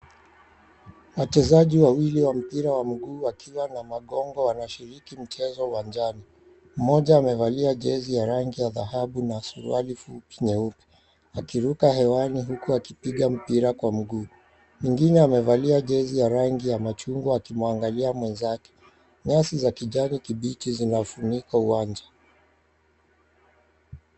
Wachezaji wawili wa mpira wa miguu wakiwa na mgongo wanashiriki mchezo uwanjani. Mmoja amevalia jezi ya rangi ya dhahabu na suruali fupi nyeupe akiruka hewani huku akipiga mpira Kwa mguu, mwingine amevalia jezi la chungwa akimwangalia mwenzake. Nyasi ya kijani kibichi zinafunika uwanja.